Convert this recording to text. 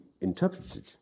interpreted